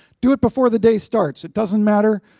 do it before the day starts. it doesn't matter.